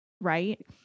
right